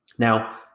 Now